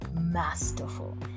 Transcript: masterful